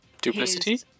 Duplicity